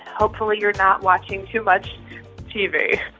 hopefully, you're not watching too much tv.